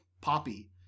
poppy